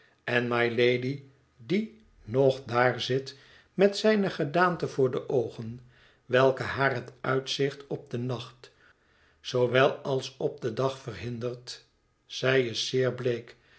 en mylady die nog daar zit met zijne gedaante voor de oogen welke haar het uitzicht op den nacht zoowel als op den dag verhindert zij is zeer bleek